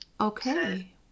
okay